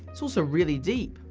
it's also really deep.